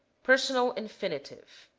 personal infinitive